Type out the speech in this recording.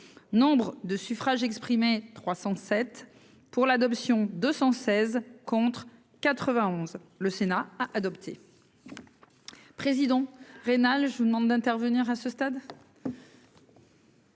Nombre de suffrages exprimés 307 pour l'adoption 216 contre 91, le Sénat a adopté président vénale, je vous demande d'intervenir à ce stade.